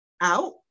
out